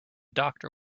doctor